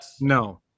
No